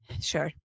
sure